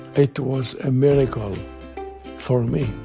it was a miracle for me.